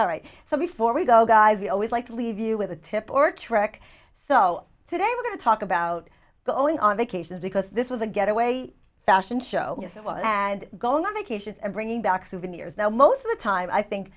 right so before we go guys we always like to leave you with a tip or trick so today we're going to talk about going on vacation because this was a getaway a fashion show and going on vacation and bringing back souvenirs now most of the time i think